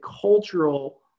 cultural